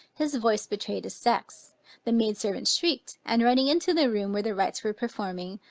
his voice betrayed his sex the maid servant shrieked, and running into the room where the rites were performing,